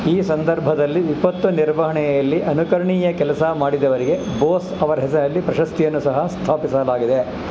ಈ ಸಂದರ್ಭದಲ್ಲಿ ವಿಪತ್ತು ನಿರ್ವಹಣೆಯಲ್ಲಿ ಅನುಕರಣೀಯ ಕೆಲಸ ಮಾಡಿದವರಿಗೆ ಬೋಸ್ ಅವರ ಹೆಸರಲ್ಲಿ ಪ್ರಶಸ್ತಿಯನ್ನು ಸಹ ಸ್ಥಾಪಿಸಲಾಗಿದೆ